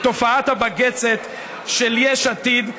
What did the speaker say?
בתופעת הבג"צת של יש עתיד,